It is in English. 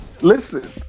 listen